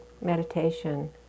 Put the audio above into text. meditation